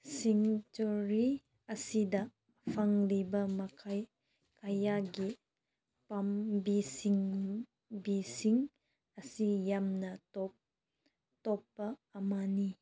sanctuary ꯑꯁꯤꯗ ꯐꯪꯂꯤꯕ ꯃꯈꯩ ꯀꯌꯥꯒꯤ ꯄꯥꯝꯕꯤꯁꯤꯡꯕꯤꯁꯤꯡ ꯑꯁꯤ ꯌꯥꯝꯅ ꯇꯣꯞ ꯇꯣꯞꯄ ꯑꯃꯅꯤ